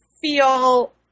feel